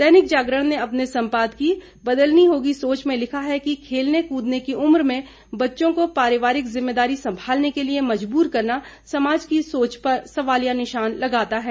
दैनिक जागरण ने अपने संपादकीय बदलनी होगी सोच में लिखा है खेलने कूदने की उम्र में बच्चों को परिवारिक जिम्मेदारी संभालने के लिए मजबूर करना समाज की सोच पर सवालिया निशान लगाता है